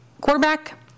quarterback